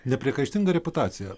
nepriekaištinga reputacija